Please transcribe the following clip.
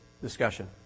discussion